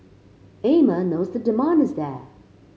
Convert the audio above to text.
Amer knows the demand is there